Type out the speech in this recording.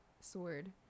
Sword